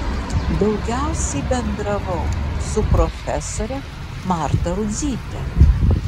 daugiausiai bendravau su profesore marta rudzyte